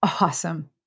awesome